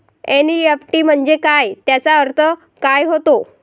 NEFT म्हंजे काय, त्याचा अर्थ काय होते?